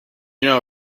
know